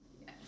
Yes